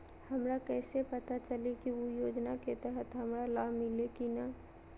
हमरा कैसे पता चली की उ योजना के तहत हमरा लाभ मिल्ले की न?